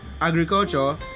agriculture